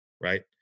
right